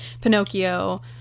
pinocchio